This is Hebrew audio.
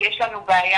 יש לנו בעיה.